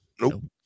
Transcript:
Nope